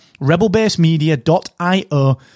Rebelbasemedia.io